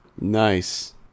Nice